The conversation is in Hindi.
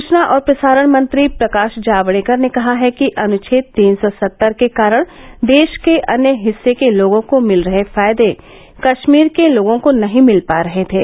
सूचना और प्रसारण मंत्री प्रकाश जावड़ेकर ने कहा है कि अनुच्छेद तीन सौ सत्तर के कारण देश के अन्य हिस्से के लोगों को मिल रहे फायदे कश्मीर के लोगों को नहीं मिल पा रहे थे